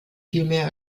vielmehr